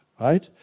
Right